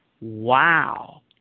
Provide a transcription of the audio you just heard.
wow